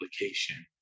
application